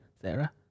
Sarah